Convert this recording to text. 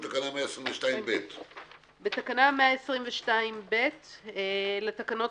תיקון תקנה 122ב. בתקנה 122א לתקנות